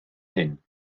hyn